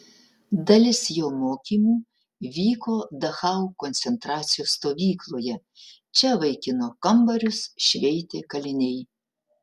dalis jo mokymų vyko dachau koncentracijos stovykloje čia vaikino kambarius šveitė kaliniai